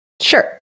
Sure